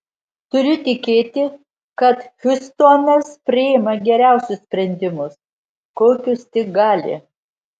turiu tikėti kad hiustonas priima geriausius sprendimus kokius tik gali